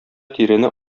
тирене